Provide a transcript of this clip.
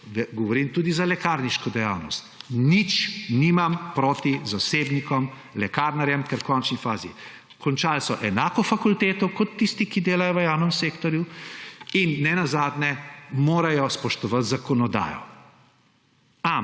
govorim tudi za lekarniško dejavnost: nič nimam proti zasebnikom lekarnarjem, ker so v končni fazi končali enako fakulteto kot tisti, ki delajo v javnem sektorju, in ne nazadnje morajo spoštovati zakonodajo.